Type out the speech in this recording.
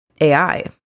AI